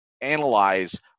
analyze